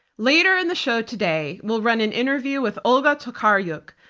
later in the show today, we'll run an interview with olga tokariuk,